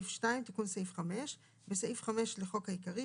תיקון סעיף 5 2. בסעיף 5 לחוק העיקרי,